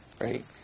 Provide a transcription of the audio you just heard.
right